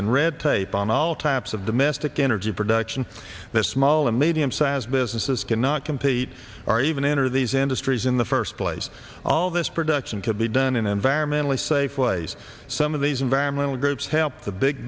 and red tape on all types of domestic energy production that small and medium size businesses cannot compete or even enter these industries in the first place all this production could be done in environmentally safe ways some of these environmental groups help the big